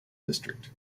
district